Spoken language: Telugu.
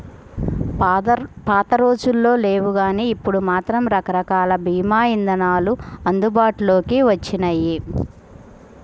పాతరోజుల్లో లేవుగానీ ఇప్పుడు మాత్రం రకరకాల భీమా ఇదానాలు అందుబాటులోకి వచ్చినియ్యి